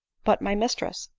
but my mistress?